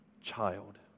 child